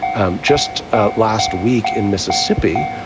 um just last week in mississippi,